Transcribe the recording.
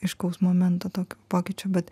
aiškaus momento tokio pokyčio bet